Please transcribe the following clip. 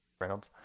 reynolds,